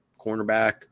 cornerback